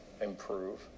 improve